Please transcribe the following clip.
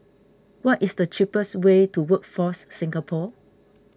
what is the cheapest way to Workforce Singapore